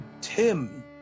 Tim